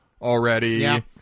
already